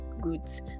goods